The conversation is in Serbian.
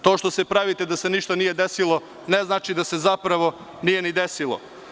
To što se pravite da se ništa nije desilo, ne znači da se zapravo nije ni desilo.